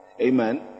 Amen